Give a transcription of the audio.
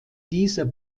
dieser